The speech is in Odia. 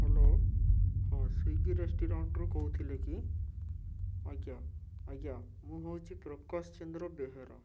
ହ୍ୟାଲୋ ହଁ ସ୍ଵିଗୀ ରେଷ୍ଟୁରାଣ୍ଟରୁ କହୁଥିଲେ କି ଆଜ୍ଞା ଆଜ୍ଞା ମୁଁ ହେଉଛି ପ୍ରକାଶ ଚନ୍ଦ୍ର ବେହେରା